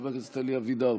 חבר הכנסת אלי אבידר,